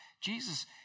Jesus